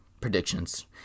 predictions